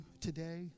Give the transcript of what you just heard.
today